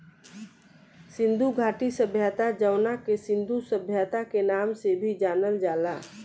सिंधु घाटी सभ्यता जवना के सिंधु सभ्यता के नाम से भी जानल जाला